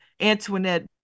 Antoinette